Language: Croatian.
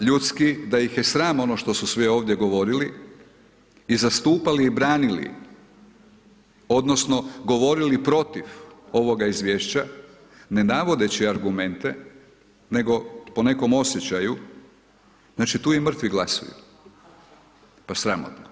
ljudski da ih je sram ono što su sve ovdje govorili i zastupali i branili odnosno govorili protiv ovoga izvješća ne navodeći argumente, nego po nekom osjećaju, znači, tu i mrtvi glasuju, pa sramotno.